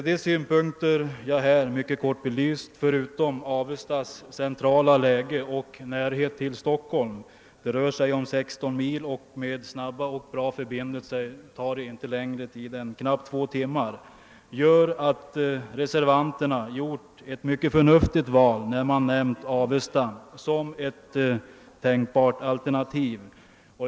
De synpunkter jag här mycket kort belyst, förutom Avestas centrala läge och närheten till Stockholm — det rör sig om endast 16 mil, och med snabba och bra förbindelser tar resan dit inte längre tid än knappt två timmar — gör att reservanterna träffat ett mycket förnuftigt val när de nämnt Avesta såsom ett tänkbart alternativ.